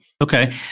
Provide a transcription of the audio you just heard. Okay